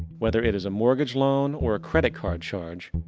whether it is a mortgage loan or a credit card charge,